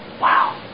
Wow